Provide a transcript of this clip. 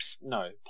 no